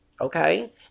Okay